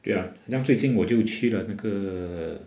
对 ah 好像最近我就去了那个